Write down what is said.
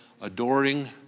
adoring